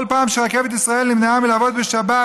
כל פעם שרכבת ישראל נמנעה מלעבוד בשבת